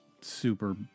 super